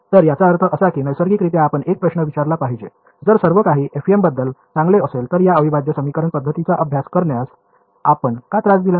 तर याचा अर्थ असा की नैसर्गिकरित्या आपण एक प्रश्न विचारला पाहिजे जर सर्व काही FEM बद्दल चांगले असेल तर या अविभाज्य समीकरण पद्धतीचा अभ्यास करण्यास आपण का त्रास दिला